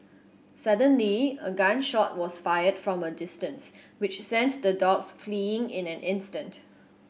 suddenly a gun shot was fired from a distance which sent the dogs fleeing in an instant